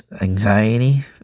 anxiety